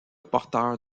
porteur